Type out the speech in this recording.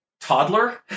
toddler